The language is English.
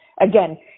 again